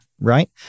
right